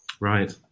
Right